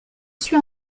suis